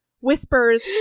whispers